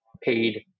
paid